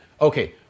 Okay